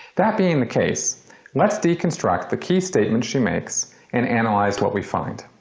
that being the case let's deconstruct the key statements she makes and analyze what we find